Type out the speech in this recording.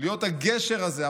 להיות הגשר הזה,